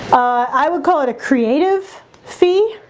i would call it a creative fee